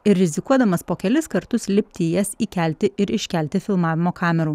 ir rizikuodamas po kelis kartus lipti į jas įkelti ir iškelti filmavimo kamerų